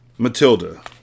Matilda